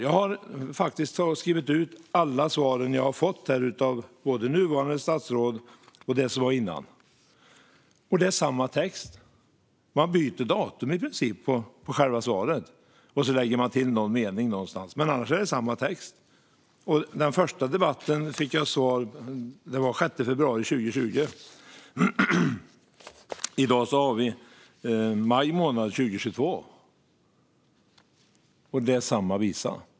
Jag har skrivit ut alla svar jag har fått av både nuvarande och tidigare statsråd. Det är samma text. Man byter i princip datum på själva svaret och lägger till någon mening någonstans, men annars är det samma text. Den första debatten som jag fick svar i var den 6 februari 2020. I dag har vi maj månad 2022, och det är samma visa.